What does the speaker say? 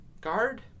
Guard